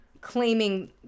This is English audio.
claiming